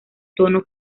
tono